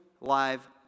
live